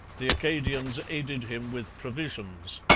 the acadians aided him with provisions.